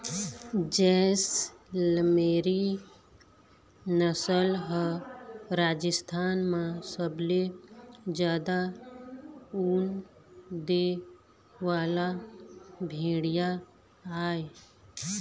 जैसलमेरी नसल ह राजस्थान म सबले जादा ऊन दे वाला भेड़िया आय